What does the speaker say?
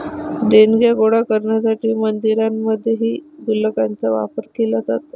देणग्या गोळा करण्यासाठी मंदिरांमध्येही गुल्लकांचा वापर केला जातो